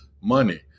money